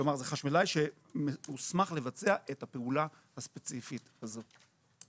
כלומר זה חשמלאי שהוסמך לבצע את הפעולה הספציפית הזאת.